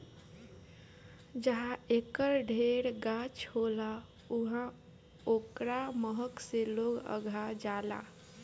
जहाँ एकर ढेर गाछ होला उहाँ ओकरा महक से लोग अघा जालें